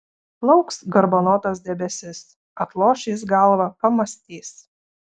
plauks garbanotas debesis atloš jis galvą pamąstys